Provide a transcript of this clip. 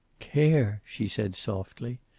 care! she said softly.